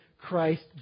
Christ